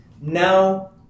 now